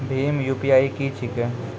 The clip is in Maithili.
भीम यु.पी.आई की छीके?